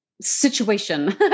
situation